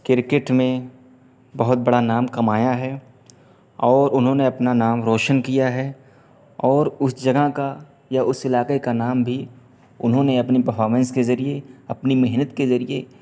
cricket میں بہت بڑا نام کمایا ہے اور انہوں نے اپنا نام روشن کیا ہے اور اس جگہ کا یا اس علاقے کا نام بھی انہوں نے اپنی پرفامنس کے ذریعے اپنی محنت کے ذریعے